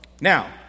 Now